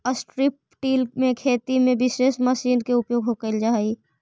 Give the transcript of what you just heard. strip till में खेती में विशेष मशीन के उपयोग कैल जा हई